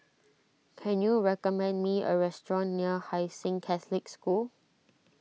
can you recommend me a restaurant near Hai Sing Catholic School